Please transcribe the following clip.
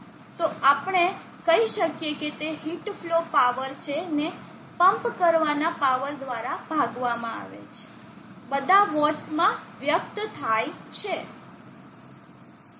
તો આપણે કહી શકીએ કે તે હીટ ફ્લો પાવર છે ને પંપ કરવાના પાવર દ્વારા ભાગવામાં આવે છે બધા વોટ્સ માં વ્યક્ત થાય છે